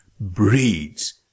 breeds